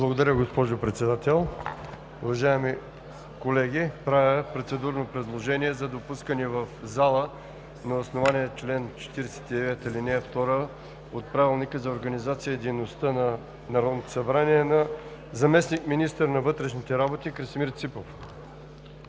Благодаря, госпожо Председател. Уважаеми колеги, правя процедурно предложение за допускане в залата на основание чл. 49, ал. 2 от Правилника за организацията и дейността на Народното събрание на заместник-министъра на вътрешните работи Красимир Ципов.